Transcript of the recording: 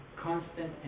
constant